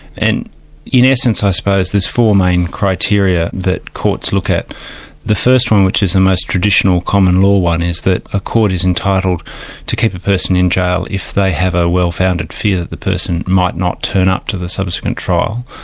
and in essence i suppose, there's four main criteria that courts look at the first one which is the most traditional common law one is that a court is entitled to keep a person in jail if they have a well-founded fear that the person might not turn up to the subsequent trial.